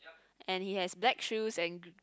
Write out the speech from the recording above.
and he has black shoes and